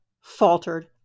faltered